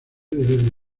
debe